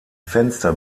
fenster